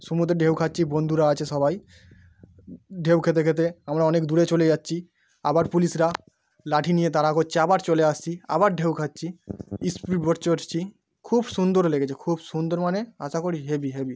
সমুদ্রে ঢেউ খাচ্ছি বন্ধুরা আচে সবাই ঢেউ খেতে খেতে আমরা অনেক দূরে চলে যাচ্ছি আবার পুলিশরা লাঠি নিয়ে তাড়া করছে আবার চলে আসছি আবার ঢেউ খাচ্ছি স্পিড বোট চড়ছি খুব সুন্দর লেগেছে খুব সুন্দর মানে আশা করি হেবি হেবি